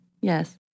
yes